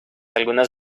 algunas